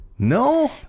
No